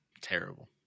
Terrible